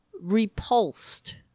repulsed